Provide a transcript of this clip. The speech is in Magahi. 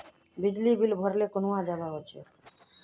बिजली बिल भरले कुनियाँ जवा होचे?